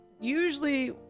usually